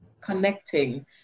connecting